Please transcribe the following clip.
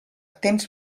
temps